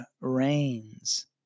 reigns